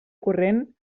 corrent